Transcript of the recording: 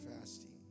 fasting